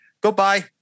Goodbye